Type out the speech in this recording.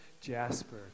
jasper